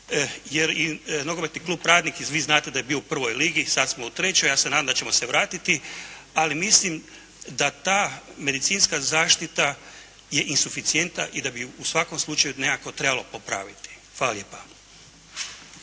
Jer nogometni klub “Radnik“ vi znate da je bio u prvoj ligi, sad smo u trećoj. Ja se nadam da ćemo se vratiti, ali mislim da ta medicinska zaštita je insuficijenta i da bi u svakom slučaju nekako trebalo popraviti. Hvala lijepa.